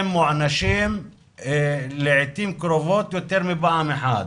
הם מוענשים לעתים קרובות יותר מפעם אחת.